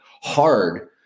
hard